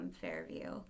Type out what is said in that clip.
Fairview